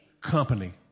Company